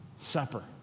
Supper